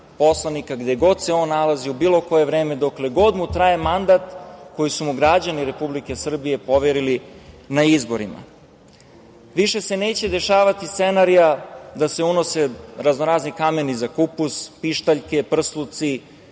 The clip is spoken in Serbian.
poslanika gde god se on nalazi u bilo koje vreme, dokle god mu traje mandat, koji su mu građani Republike Srbije poverili na izborima. Više se neće dešavati scenario da se unosi kamen za kupus, pištaljke, prsluci,